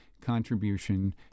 contribution